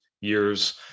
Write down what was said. Years